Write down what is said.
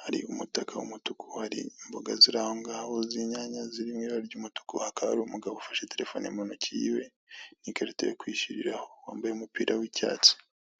hari umutaka w'umutuku, hari imboga ziri aho ngaho z'inyanya ziri mu ibara ry'umutuku, hakaba hari umugabo ufashe terefone mu ntoki y'iwe n'ikarita yo kwishyuriraho wambaye umupira w'icyatsi.